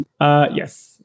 yes